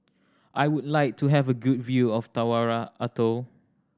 I would like to have a good view of Tarawa Atoll